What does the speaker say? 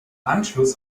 anschluss